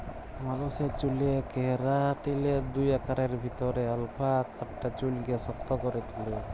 মালুসের চ্যুলে কেরাটিলের দুই আকারের ভিতরে আলফা আকারটা চুইলকে শক্ত ক্যরে তুলে